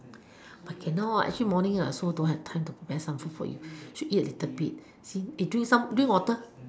but cannot actually morning I also don't have time to prepare some food for you should eat a little bit see eh drink some drink water